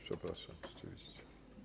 Przepraszam, rzeczywiście.